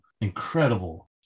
incredible